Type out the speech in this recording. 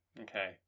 Okay